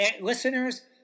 listeners